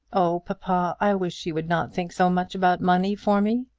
oh, papa, i wish you would not think so much about money for me.